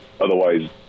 Otherwise